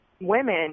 women